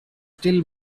still